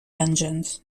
engines